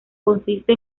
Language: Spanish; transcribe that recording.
consiste